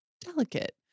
delicate